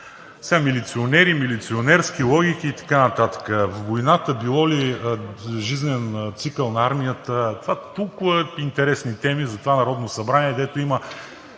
Сега, милиционери, милиционерски логики и така нататък. Войната било ли жизнен цикъл на армията, това са толкова интересни теми за това Народно събрание, дето има